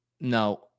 No